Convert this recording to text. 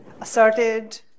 asserted